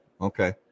Okay